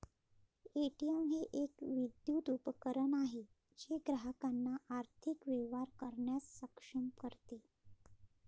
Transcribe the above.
ATM हे एक विद्युत उपकरण आहे जे ग्राहकांना आर्थिक व्यवहार करण्यास सक्षम करते